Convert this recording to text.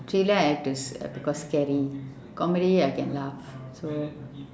thriller I have to s~ because scary comedy I can laugh so